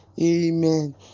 Amen